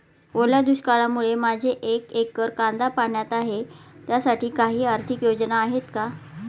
ओल्या दुष्काळामुळे माझे एक एकर कांदा पाण्यात आहे त्यासाठी काही आर्थिक योजना आहेत का?